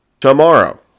tomorrow